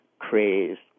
crazed